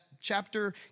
chapter